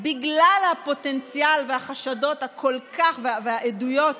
בגלל הפוטנציאל והחשדות והעדויות